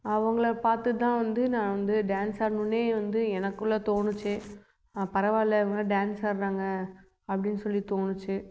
அவங்களை பார்த்துதான் வந்து நான் வந்து டான்ஸ் ஆடணுன்னே வந்து எனக்குள்ளே தோணுச்சே பரவாயில்ல இவங்களாம் டான்ஸ் ஆடுறாங்க அப்படின் சொல்லி தோணுச்சே